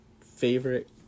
favorite